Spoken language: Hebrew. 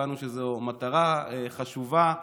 הבנו שזו מטרה חשובה לנו,